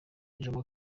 jomo